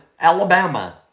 Alabama